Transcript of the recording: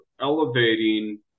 elevating